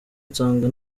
nsanga